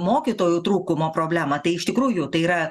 mokytojų trūkumo problemą tai iš tikrųjų tai yra